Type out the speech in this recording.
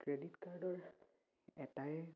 credit কাৰ্ডৰ এটাই